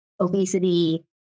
Obesity